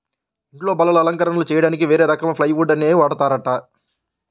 ఇంట్లో బల్లలు, అలంకరణలు చెయ్యడానికి వేరే రకం ప్లైవుడ్ నే వాడతారంట